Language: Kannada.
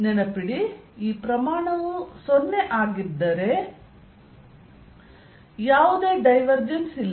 ನೆನಪಿಡಿ ಈ ಪ್ರಮಾಣವು 0 ಆಗಿದ್ದರೆ ಯಾವುದೇ ಡೈವರ್ಜೆನ್ಸ್ ಇಲ್ಲ